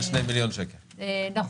אוקיי.